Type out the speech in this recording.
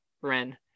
Ren